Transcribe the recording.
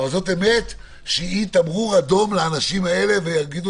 אבל זאת אמת שהיא תמרור אדום לאנשים האלה ויגידו